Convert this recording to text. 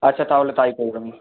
আচ্ছা তাহলে তাই করবেন